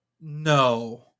No